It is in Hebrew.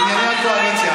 תשאל את אסתרינה טרטמן,